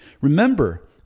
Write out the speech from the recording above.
Remember